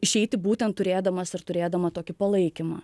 išeiti būtent turėdamas ir turėdama tokį palaikymą